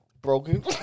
broken